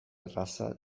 erraza